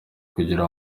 gukira